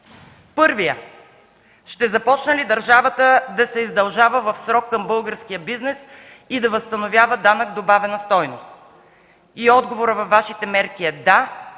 Първият – ще започне ли държавата да се издължава в срок към българския бизнес и да възстановява данък добавена стойност и отговорът във Вашите мерки е: да.